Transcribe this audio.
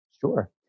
Sure